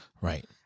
Right